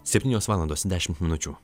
septynios valandos dešimt minučių